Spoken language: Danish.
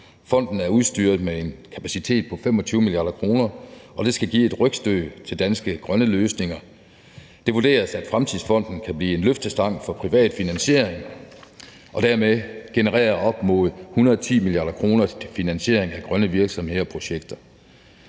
Fonden er udstyret med en kapacitet på 25 mia. kr., og den skal give et rygstød til danske grønne løsninger. Det vurderes, at fremtidsfonden kan blive en løftestang for privat finansiering og dermed generere op mod 110 mia. kr. til finansiering af grønne virksomheder og projekter.